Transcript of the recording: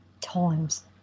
times